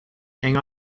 hang